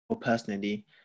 personally